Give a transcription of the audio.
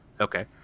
okay